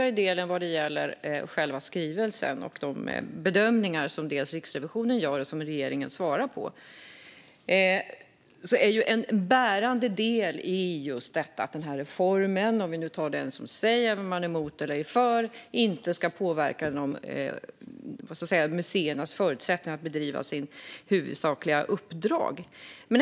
I själva skrivelsen och de bedömningar som Riksrevisionen gör, och som regeringen svarar på, är en bärande del att den här reformen, oavsett om man är för eller emot den, inte ska påverka museernas förutsättningar att utföra sitt huvudsakliga uppdrag.